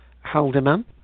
Haldeman